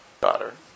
Daughter